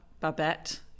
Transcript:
Babette